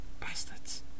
Bastards